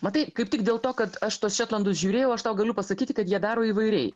matai kaip tik dėl to kad aš tuos šetlandus žiūrėjau aš tau galiu pasakyti kad jie daro įvairiai